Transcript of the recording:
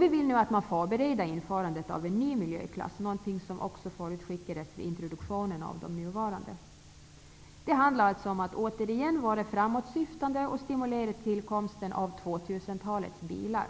Vi vill nu att man skall förbereda införandet av en ny miljöklass, någonting som också förutskickades vid introduktionen av de nuvarande miljöklasserna. Det handlar alltså återigen om att vara framåtsyftande och stimulera tillkomsten av 2000-talets bilar.